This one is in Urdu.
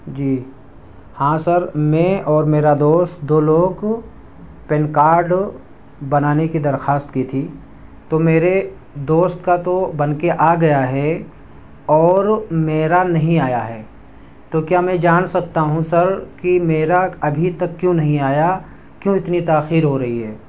جی ہاں سر میں اور میرا دوست دو لوگ پن کارڈ بنانے کی درخواست کی تھی تو میرے دوست کا تو بن کے آ گیا ہے اور میرا نہیں آیا ہے تو کیا میں جان سکتا ہوں سر کہ میرا ابھی تک کیوں نہیں آیا کیوں اتنی تاخیر ہو رہی ہے